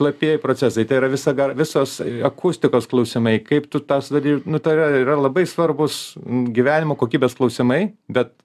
šlapieji procesai tai yra visada visos akustikos klausimai kaip tu tą sutartį nutaria yra labai svarbūs gyvenimo kokybės klausimai bet